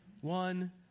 one